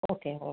okay okay